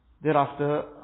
Thereafter